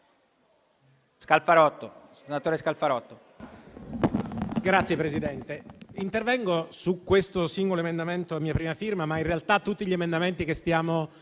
Scalfarotto,